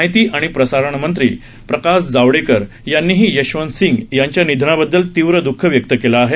माहिती आणि प्रसारणमंत्री प्रकाश जावडेकर यांनीही जसवंत सिंग यांच्या निधनाबद्दल तीव्र द्ख व्यक्त केलं आहे